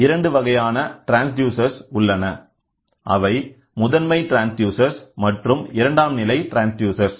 இரண்டு வகையான ட்ரான்ஸ்டியூசர் உள்ளனஅவை முதன்மை ட்ரான்ஸ்டியூசர் மற்றொரு இரண்டாம் நிலை ட்ரான்ஸ்டியூசர்